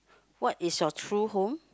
what is your true home